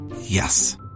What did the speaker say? Yes